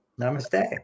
Namaste